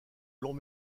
long